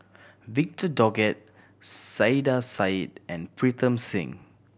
Victor Doggett Saiedah Said and Pritam Singh